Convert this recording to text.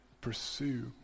pursue